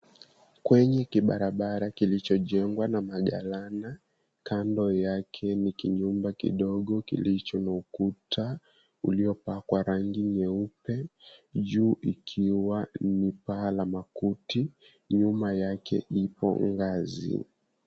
Kwenye kibarabara kilichojengwa na magalana kando yake ni kinyumba kidogo kilicho na ukuta uliopakwa rangi nyeupe juu ikiwa ni paa la makuti nyuma yake ipo minazi.